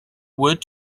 wood